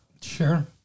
Sure